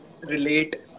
relate